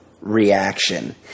reaction